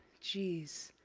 jeez,